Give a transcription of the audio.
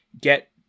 get